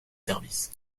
services